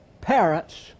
Parents